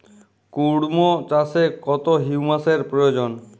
কুড়মো চাষে কত হিউমাসের প্রয়োজন?